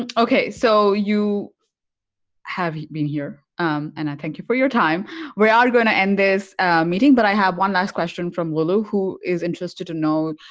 and okay so you have been here and i thank you for your time we are going to end this meeting but i have one last question from lulu who is interested to know